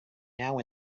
now